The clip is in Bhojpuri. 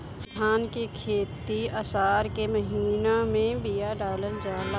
धान की खेती आसार के महीना में बिया डालल जाला?